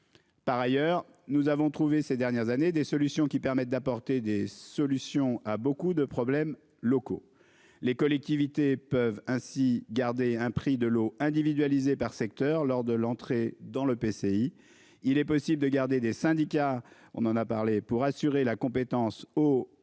Par ailleurs, nous avons trouvé ces dernières années des solutions qui permettent d'apporter des solutions à beaucoup de problèmes locaux, les collectivités peuvent ainsi garder un prix de l'eau individualisé par secteur lors de l'entrée dans le PCI. Il est possible de garder des syndicats, on en a parlé pour assurer la compétence eau et